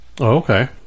Okay